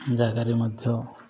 ଜାଗାରେ ମଧ୍ୟ